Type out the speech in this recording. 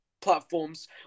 platforms